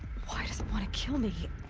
why does it want to kill me.